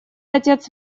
отец